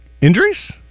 Injuries